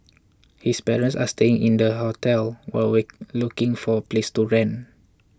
his parents are staying in the hotels while we looking for a place to rent